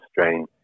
strain